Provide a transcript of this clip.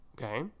Okay